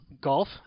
Golf